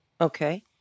Okay